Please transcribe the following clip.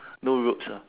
no ropes ah